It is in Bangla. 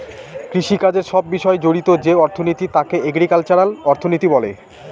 কৃষিকাজের সব বিষয় জড়িত যে অর্থনীতি তাকে এগ্রিকালচারাল অর্থনীতি বলে